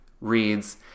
reads